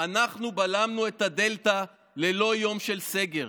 אנחנו בלמנו את הדלתא ללא יום של סגר,